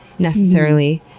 necessarily?